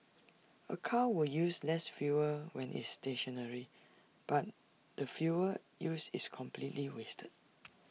A car will use less fuel when is stationary but the fuel used is completely wasted